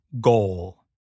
goal